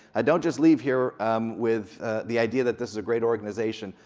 ah don't just leave here with the idea that this is a great organization.